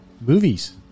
Movies